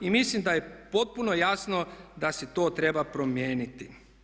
I mislim da je potpuno jasno da se to treba promijeniti.